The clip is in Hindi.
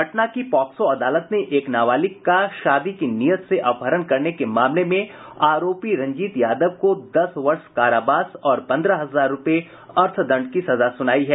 पटना की पॉक्सो अदालत ने एक नाबालिग का शादी की नीयत से अपहरण करने के मामले में आरोपी रंजीत यादव को दस वर्ष कारावास और पंद्रह हजार रूपये अर्थदंड की सजा सुनायी है